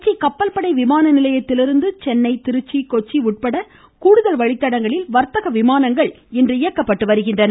கொச்சி கப்பல்படை விமான நிலையத்திலிருந்து சென்னை திருச்சி கொச்சி உட்பட கூடுதல் வழித்தடங்களில் வர்த்தக விமானங்கள் இன்று இயக்கப்பட்டு வருகின்றன